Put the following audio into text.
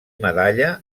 medalla